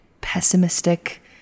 pessimistic